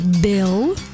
Bill